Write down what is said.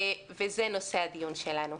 וזה נושא הדיון שלנו.